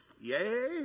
Yay